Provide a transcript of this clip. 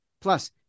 plus